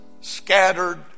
scattered